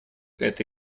это